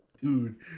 Dude